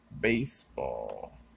Baseball